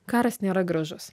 karas nėra gražus